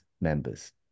members